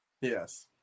Yes